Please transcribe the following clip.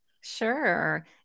Sure